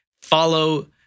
follow